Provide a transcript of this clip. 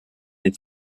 des